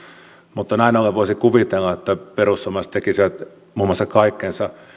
mutta näin ollen voisi kuvitella että perussuomalaiset tekisivät muun muassa kaikkensa